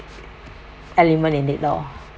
element in it loh